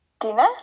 Dina